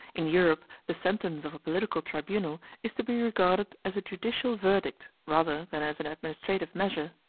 in europe the sentence of a political tribunal is to be regarded as a judicial verdict rather than as an administrative measure.